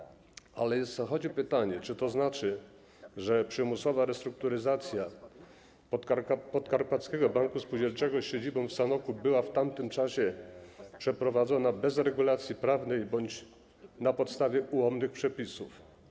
Ale powstaje pytanie: Czy to znaczy, że przymusowa restrukturyzacja Podkarpackiego Banku Spółdzielczego z siedzibą w Sanoku była w tamtym czasie przeprowadzona bez regulacji prawnych bądź na podstawie ułomnych przepisów?